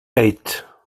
eight